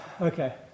Okay